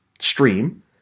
stream